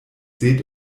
seht